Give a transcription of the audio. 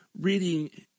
reading